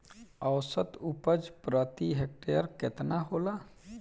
औसत उपज प्रति हेक्टेयर केतना होला?